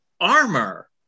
armor